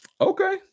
okay